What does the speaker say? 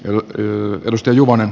ryöpytystä juvonen